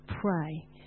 pray